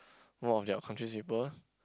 more of their countries' people